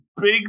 big